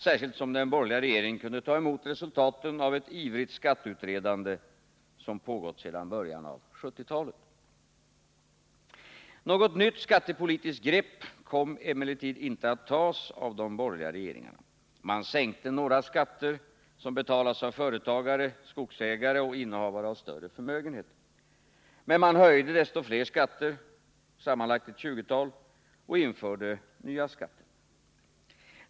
särskilt som den borgerliga regeringen kunde ta emot resultatet av ett ivrigt skatteutredande som pågått sedan början av 1970-talet. Något nytt skattepolitiskt grepp kom emellertid inte att tas av de borgerliga regeringarna. Man sänkte några skatter som betalas av företagare, skogsägare och innehavare av större förmögenheter, men man höjde desto fler skatter — sammanlagt ett tjugotal — och införde nya skatter.